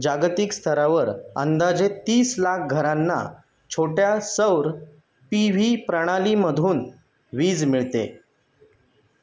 जागतिक स्तरावर अंदाजे तीस लाख घरांना छोट्या सौर पी व्ही प्रणालीमधून वीज मिळते